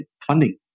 funding